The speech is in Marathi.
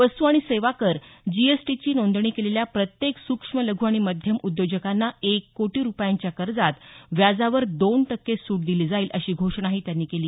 वस्तू आणि सेवा कर जीएसटीची नोंदणी केलेल्या प्रत्येक सुक्ष्म लघू आणि मध्यम उद्योजकांना एक कोटी रुपयांच्या कर्जात व्याजावर दोन टक्के सूट दिली जाईल अशी घोषणाही त्यांनी केली